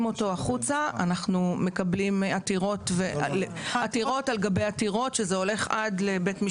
אותו אנחנו מקבלים עתירות על גבי עתירות,